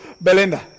Belinda